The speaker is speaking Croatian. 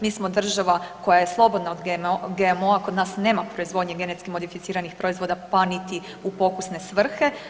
Mi smo država koja je slobodna od GMO-a, kod nas nema proizvodnje genetski modificiranih proizvoda, pa niti u pokusne svrhe.